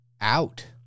out